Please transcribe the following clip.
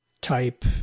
type